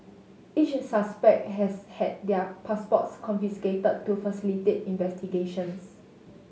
each suspect has had their passports confiscated to facilitate investigations